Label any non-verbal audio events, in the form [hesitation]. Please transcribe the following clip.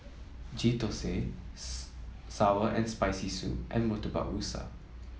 Ghee Thosai [hesitation] sour and Spicy Soup and Murtabak Rusa